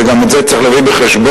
וגם את זה צריך להביא בחשבון,